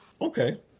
Okay